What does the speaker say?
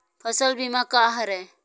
फसल बीमा का हरय?